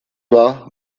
wahr